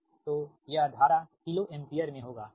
तो यह धारा किलो एम्पीयर में होगा ठीक